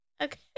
Okay